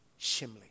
shimley